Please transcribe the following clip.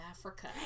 Africa